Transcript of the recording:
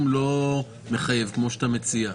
לא מחייב, כפי שאתה מציע,